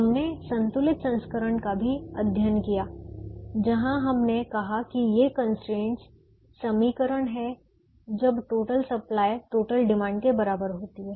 हमने संतुलित संस्करण का भी अध्ययन किया जहां हमने कहा कि ये कंस्ट्रेंटस समीकरण हैं जब टोटल सप्लाई टोटल डिमांड के बराबर होती है